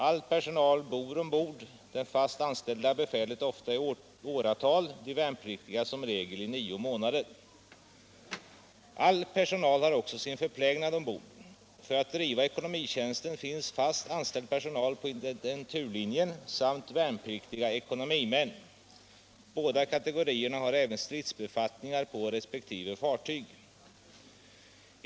All personal bor ombord, det fast anställda befälet ofta i åratal, de värnpliktiga som regel i nio månader. All personal har också sin förplägnad ombord. För att driva ekonomitjänsten finns fast anställd personal på intendenturlinjen samt värnpliktiga ekonomimän. Båda kategorierna har även stridsbefattningar på resp. fartyg.